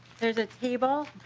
there's a table